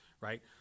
Right